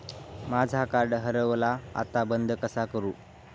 माझा कार्ड हरवला आता बंद कसा करू?